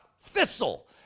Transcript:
thistle